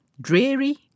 dreary